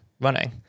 running